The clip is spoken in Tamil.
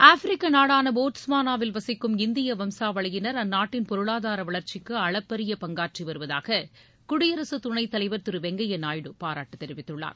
ஆப்ரிக்க நாடான போட்ஸ்வானாவில் வசிக்கும் இந்திய வம்சாவளியினர் அந்நாட்டின் பொருளாதார வளர்ச்சிக்கு அளப்பரிய பங்காற்றி வருவதாக குடியரசு துணைத் தலைவர் திரு வெங்கைப்யா நாயுடு பாராட்டு தெரிவித்துள்ளார்